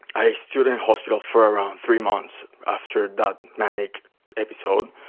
i stayed in hospital for around three months after that manic episode.